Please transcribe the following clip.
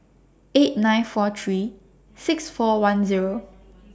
eight nine four three six four one Zero